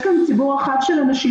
יש כאן ציבור רחב של אנשים,